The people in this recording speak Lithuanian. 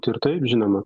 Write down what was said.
tai ir taip žinoma